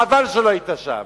חבל שלא היית שם.